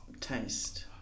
taste